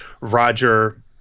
Roger